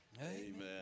amen